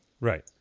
Right